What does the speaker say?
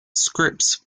scripts